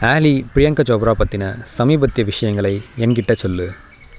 ஆலி பிரியங்கா சோப்ரா பற்றின சமீபத்து விஷயங்களை என்கிட்ட சொல்லு